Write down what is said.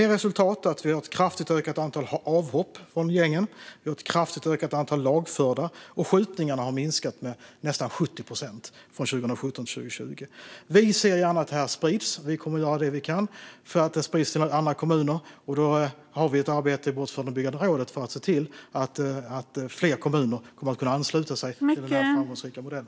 Resultatet är ett kraftigt ökat antal avhopp från gängen, ett kraftigt ökat antal lagförda och en minskning av skjutningarna med nästan 70 procent från 2017 till 2020. Vi ser gärna att det här sprids. Vi kommer att göra det vi kan för att det ska spridas till andra kommuner. Vi har ett arbete i Brottsförebyggande rådet för att se till att fler kommuner kommer att kunna ansluta sig till denna framgångsrika modell.